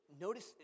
Notice